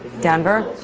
denver.